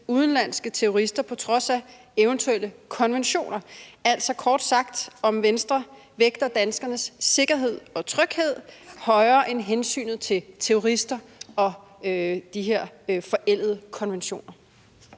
udenlandske terrorister på trods af eventuelle konventioner; kort sagt om Venstre vægter danskernes sikkerhed og tryghed højere end hensynet til terrorister og de her forældede konventioner.